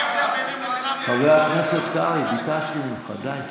מה ההבדל בינך, חבר הכנסת קרעי, ביקשתי ממך, די.